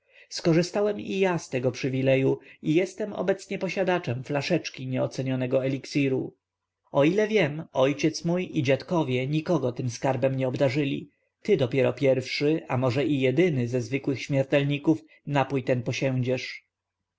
skorzystałem i ja z tego przywileju i jestem obecnie posiadaczem flaszeczki nieocenionego eliksiru o ile wiem ojciec mój i dziadowie nikogo tym skarbem nie obdarzyli ty dopiero pierwszy a może i jedyny ze zwykłych śmiertelników napój ten